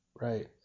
Right